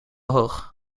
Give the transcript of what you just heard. hoog